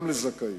אלא גם לזכאים.